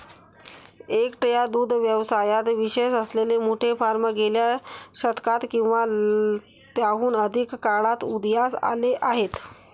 एकट्या दुग्ध व्यवसायात विशेष असलेले मोठे फार्म गेल्या शतकात किंवा त्याहून अधिक काळात उदयास आले आहेत